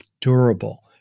durable